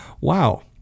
wow